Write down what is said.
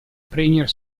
premier